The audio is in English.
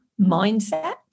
mindset